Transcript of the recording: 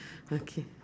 okay